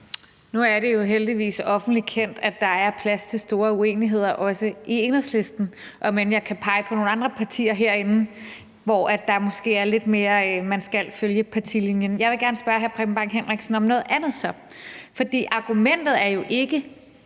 Nu er det jo heldigvis offentligt kendt, at der er plads til store uenigheder også i Enhedslisten, om end jeg kan pege på nogle andre partier herinde, hvor man måske lidt mere skal følge partilinjen. Jeg vil så gerne spørge hr. Preben Bang Henriksen om noget andet. For argumentet er jo ikke,